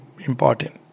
important